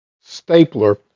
stapler